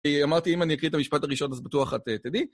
אמרתי אם אני אקריא את המשפט הראשון אז בטוח את תדעי.